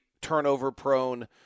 turnover-prone